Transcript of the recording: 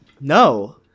no